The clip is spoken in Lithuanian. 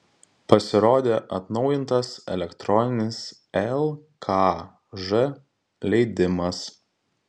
pasirodė atnaujintas elektroninis lkž leidimas